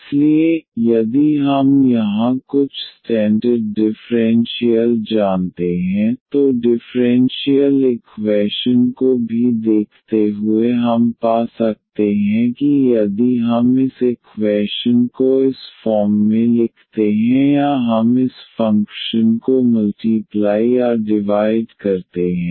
इसलिए यदि हम यहां कुछ स्टैंडर्ड डिफ़्रेंशियल जानते हैं तो डिफ़्रेंशियल इक्वैशन को भी देखते हुए हम पा सकते हैं कि यदि हम इस इक्वैशन को इस फॉर्म में लिखते हैं या हम इस फ़ंक्शन को मल्टीप्लाइ या डिवाइड करते हैं